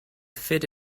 fit